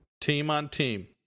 team-on-team